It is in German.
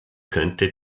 könnte